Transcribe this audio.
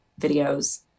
videos